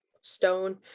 Stone